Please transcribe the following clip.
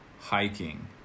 hiking